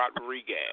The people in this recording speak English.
Rodriguez